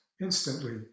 instantly